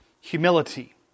humility